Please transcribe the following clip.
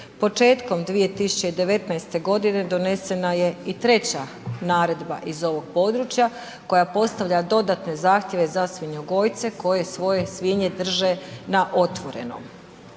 Početkom 2019.g. donesena je i treća naredba iz ovog područja koja postavlja dodatne zahtjeve za svinjogojce koji svoje svinje drže na otvorenom.